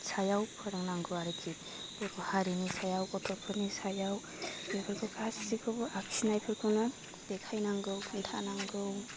सायाव फोरोंनांगौ आरोखि बर' हारिनि सायाव गथ'फोरनि सायाव बेफोरखौ गासिबखौबो आखिनायफोरखौनो देखाय नांगौ खोन्था नांगौ